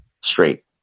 straight